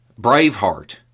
Braveheart